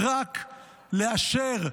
רק לאשר,